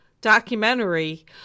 documentary